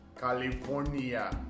California